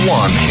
one